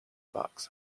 box